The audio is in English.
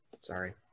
Sorry